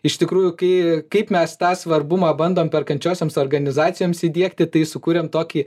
iš tikrųjų kai kaip mes tą svarbumą bandom perkančiosioms organizacijoms įdiegti tai sukūrėm tokį